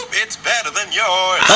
it's better than yours!